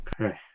Okay